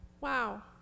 Wow